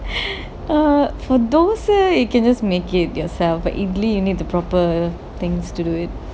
err for dosa you can just make it yourself but for idli you need the proper things to do it